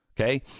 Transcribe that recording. Okay